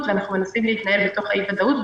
ואנחנו מנסים להתנהל בתוך האי-ודאות,